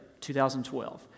2012